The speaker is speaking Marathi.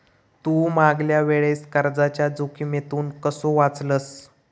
तू मागल्या वेळेस कर्जाच्या जोखमीतून कसो वाचलस